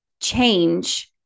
change